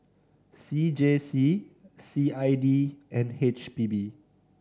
C J C C I D and H P B